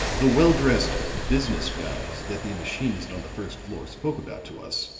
the well dressed business guys that the machinist on the first floor spoke about to us,